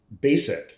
basic